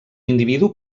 individu